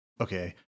okay